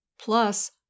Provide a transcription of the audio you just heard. Plus